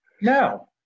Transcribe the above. no